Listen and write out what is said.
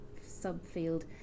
subfield